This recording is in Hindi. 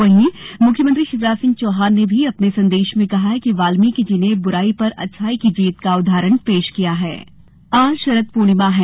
वहीं मुख्यमंत्री शिवराज सिंह चौहान ने भी अपने संदेश में कहा है कि वाल्मीकि जी ने बुराई पर अच्छाई की जीत का उदाहरण पेश किया है शरद पूर्णिमा आज शरद पूर्णिमा है